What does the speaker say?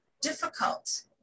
difficult